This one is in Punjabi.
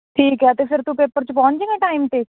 ਠੀਕ ਹੈ ਤਾਂ ਫਿਰ ਤੂੰ ਪੇਪਰ 'ਚ ਪਹੁੰਚ ਜਾਏਂਗਾ ਟਾਈਮ 'ਤੇ